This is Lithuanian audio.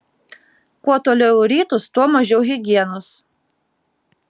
kuo toliau į rytus tuo mažiau higienos